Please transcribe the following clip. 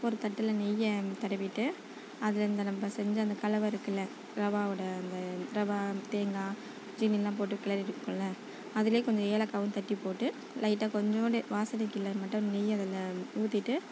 ஒரு தட்டில் நெய்யை தடவிட்டு அதில் இந்த நம்ம செஞ்ச அந்த கலவை இருக்கில்ல ரவாவோடு அந்த ரவா தேங்காய் ஜீனிலாம் போட்டு கிளறிருக்கோம்ல அதில் கொஞ்சம் ஏலக்காயும் தட்டிப் போட்டு லைட்டாக கொஞ்சூண்டு வாசனைக்குள்ள மட்டும் அந்த நெய் அதில் ஊற்றிட்டு